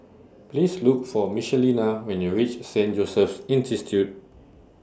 Please Look For Michelina when YOU REACH Saint Joseph's